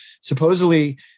Supposedly